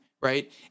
right